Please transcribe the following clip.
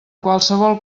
qualsevol